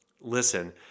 Listen